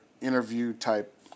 interview-type